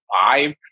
five